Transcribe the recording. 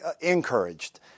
encouraged